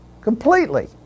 completely